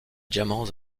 diamants